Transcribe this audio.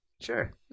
Sure